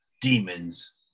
demons